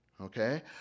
okay